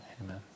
Amen